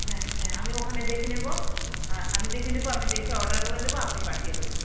হ্যাঁ হ্যাঁ আমি ওখানে দেখে নেবো আমি দেখে নেবো আমি দেখে অর্ডার করে দেবো আপনি পাঠিয়ে দেবেন